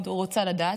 מאוד רוצה לדעת.